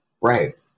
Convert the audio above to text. Right